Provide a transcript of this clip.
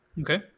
Okay